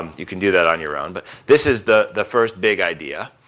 um you can do that on your own, but this is the the first big idea.